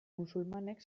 musulmanek